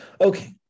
Okay